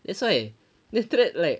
that's why then after that like